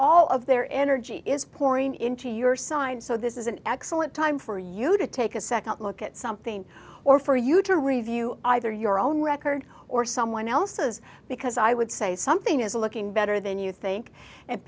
all of their energy is pouring into your side so this is an excellent time for you to take a second look at something or for you to review either your own record or someone else's because i would say something is looking better than you think and